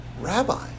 rabbi